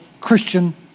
Christian